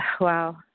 Wow